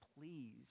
please